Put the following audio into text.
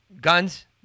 guns